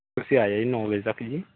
ਤੁਸੀਂ ਆ ਜਿਓ ਜੀ ਨੌਂ ਵਜੇ ਤੱਕ ਜੀ